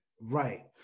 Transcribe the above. Right